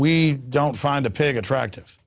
we don't find a pig attractive